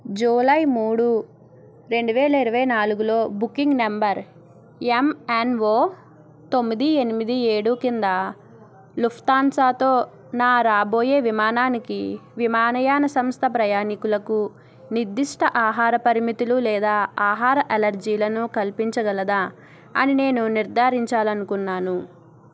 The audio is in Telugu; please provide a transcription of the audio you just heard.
జూలై మూడు రెండు వేల ఇరవై నాలుగులో బుకింగ్ నెంబర్ ఎంఎన్ఓ తొమ్మిది ఎనిమిది ఏడు కింద లుఫ్తాన్సాతో నా రాబోయే విమానానికి విమానయాన సంస్థ ప్రయాణీకులకు నిర్దిష్ట ఆహార పరిమితులు లేదా ఆహార అలెర్జీలను కల్పించగలదా అని నేను నిర్ధారించాలనుకున్నాను